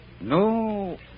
No